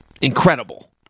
incredible